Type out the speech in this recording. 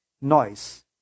noise